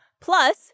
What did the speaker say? plus